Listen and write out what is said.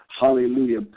Hallelujah